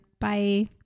Bye